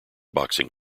boxing